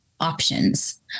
options